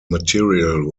material